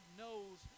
knows